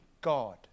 God